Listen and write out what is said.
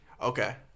Okay